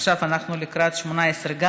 עכשיו אנחנו לקראת 2018,